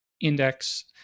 index